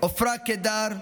עפרה קידר,